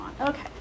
okay